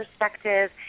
perspective